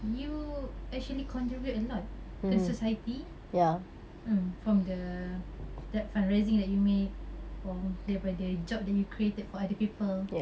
you actually contribute a lot to the society mm from the the fundraising that you made or daripada the job that you created for other people